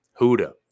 Huda